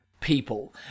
people